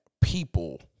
people